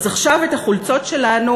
אז עכשיו את החולצות שלנו,